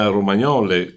Romagnole